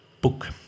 book